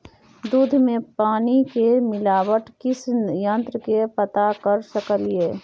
दूध में पानी के मिलावट किस यंत्र से पता कर सकलिए?